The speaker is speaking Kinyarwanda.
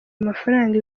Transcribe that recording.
amafaranga